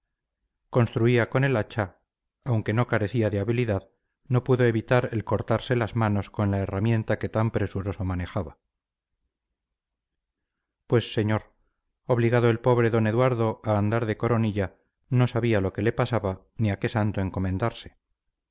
construía con el hacha aunque no carecía de habilidad no pudo evitar el cortarse las manos con la herramienta que tan presuroso manejaba pues señor obligado el pobre d eduardo a andar de coronilla no sabía lo que le pasaba ni a qué santo encomendarse